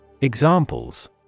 Examples